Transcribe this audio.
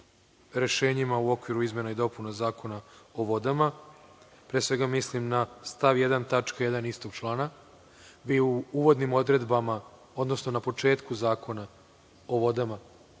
u okviru izmena i dopuna Zakona o vodama, pre svega mislim na stav 1. tačka 1. istog člana. Vi u uvodnim odredbama, odnosno na početku Zakona o vodama